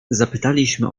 zapytaliśmy